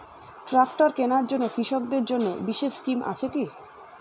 Tractor কেনার জন্য কৃষকদের জন্য বিশেষ স্কিম আছে কি?